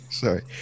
Sorry